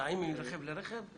מוסעים מרכב לרכב?